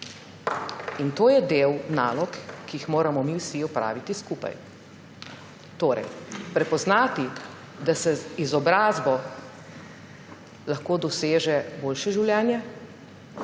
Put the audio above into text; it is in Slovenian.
In to je del nalog, ki jih moramo mi vsi opraviti skupaj. Torej prepoznati, da se z izobrazbo lahko doseže boljše življenje,